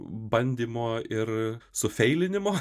bandymo ir sufeilinimo